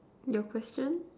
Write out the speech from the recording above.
your question